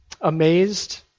amazed